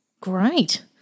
Great